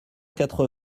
quatre